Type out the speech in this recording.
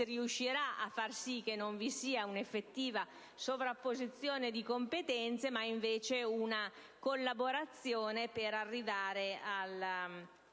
riuscirà a far sì che non vi sia un'effettiva sovrapposizione di competenze, ma piuttosto una collaborazione per arrivare alla